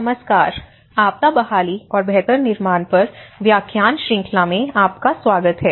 नमस्कार आपदा बहाली और बेहतर निर्माण पर व्याख्यान श्रृंखला में आपका स्वागत है